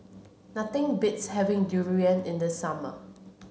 nothing beats having durian in the summer